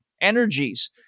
energies